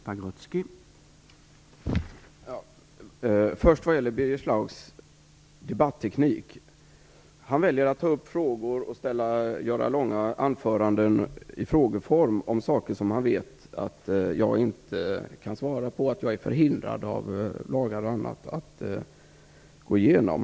Herr talman! Vad först gäller Birger Schlaugs debatteknik, väljer han att hålla långa anföranden i frågeform om saker som han vet att jag inte kan svara på, som jag av lagar och annat är förhindrad att gå igenom.